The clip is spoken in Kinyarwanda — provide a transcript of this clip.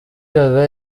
gaga